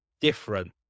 different